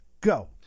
Go